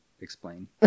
explain